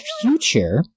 future